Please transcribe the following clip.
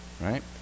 right